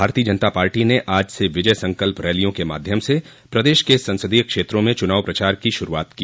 भारतीय जनता पार्टी ने आज से विजय संकल्प रलियों के माध्यम से प्रदेश के संसदीय क्षेत्रों में चुनाव प्रचार की शुरूआत की